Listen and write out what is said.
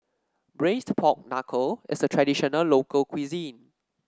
Braised Pork Knuckle is a traditional local cuisine